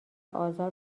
آزار